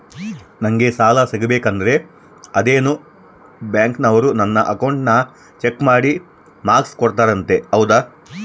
ನಂಗೆ ಸಾಲ ಸಿಗಬೇಕಂದರ ಅದೇನೋ ಬ್ಯಾಂಕನವರು ನನ್ನ ಅಕೌಂಟನ್ನ ಚೆಕ್ ಮಾಡಿ ಮಾರ್ಕ್ಸ್ ಕೋಡ್ತಾರಂತೆ ಹೌದಾ?